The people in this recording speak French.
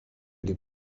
les